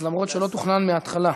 למרות שלא תוכנן מהתחלה,